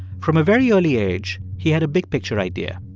from a very early age, he had a big-picture idea.